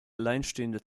alleinstehende